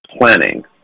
planning